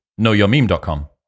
knowyourmeme.com